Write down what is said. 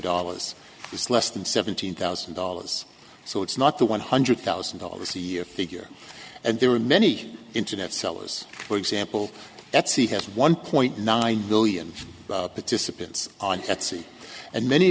dollars is less than seventeen thousand dollars so it's not the one hundred thousand dollars a year figure and there are many internet sellers for example that c has one point nine billion participants on etsy and many